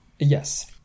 Yes